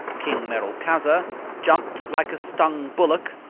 king merolchazzar jumped like a stung bullock,